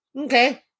okay